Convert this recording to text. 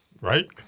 Right